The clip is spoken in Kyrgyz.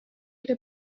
эле